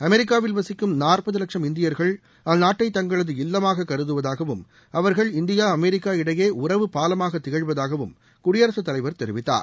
அமெரிக்காவில் வசிக்கும் நாற்பது வட்சம் இந்தியர்கள் அந்நாட்டை தங்களது இல்லமாக கருதுவதாகவும் அவர்கள் இந்தியா அமெரிக்கா இடையே உறவு பாலமாக திகழ்வதாகவும் குடியரசுத் தலைவர் தெரிவித்தார்